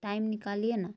time نکالیے نا